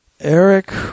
Eric